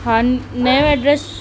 हा नयो एड्रेस